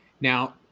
Now